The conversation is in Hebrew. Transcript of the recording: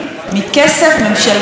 80 מיליון שקלים,